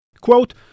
Quote